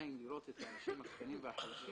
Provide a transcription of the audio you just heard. עדיין לראות את האנשים הקטנים והחלשים